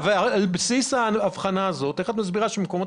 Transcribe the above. אז על בסיס ההבחנה הזאת איך את מסבירה שבמקומות אחרים,